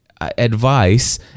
advice